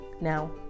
now